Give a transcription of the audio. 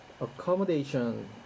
Accommodation